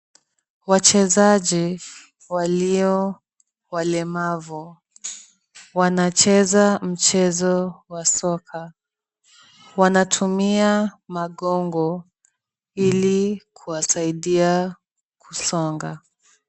Wachezaji walio walemavu. Wanacheza mchezo wa soka. Wanatumia magongo ili kuwasaidia kusonga.